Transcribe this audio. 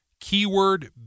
keyword